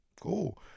Cool